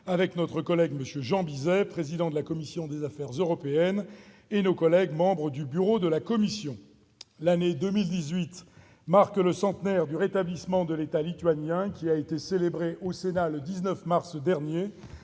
avec notre collègue M. Jean Bizet, président de la commission des affaires européennes, et nos collègues membres du Bureau de la commission. L'année 2018 marque le centenaire du rétablissement de l'État lituanien, qui a été célébré au Sénat le 19 mars dernier,